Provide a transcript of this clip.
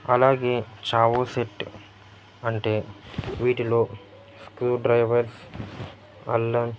అలాగే చావో సెట్ అంటే వీటిలో స్క్రూడ్రైవర్స్ అల్లన్